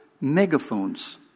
megaphones